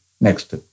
Next